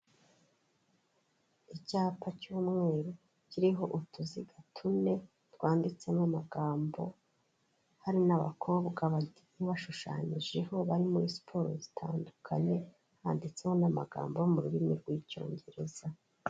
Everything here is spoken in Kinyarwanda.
Icyapa cy'umweru kiriho utuziga tune twanditsemo amagambo, hari n'abakobwa bagiye bashushanyijeho bari muri siporo zitandukanye, handitseho n'amagambo yo mu rurimi rw'icyongereza.